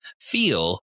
feel